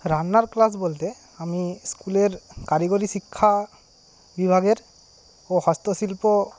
রান্নার ক্লাস বলতে আমি স্কুলের কারিগরি শিক্ষা বিভাগের ও হস্তশিল্প